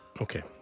Okay